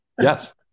Yes